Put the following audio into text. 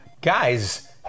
Guys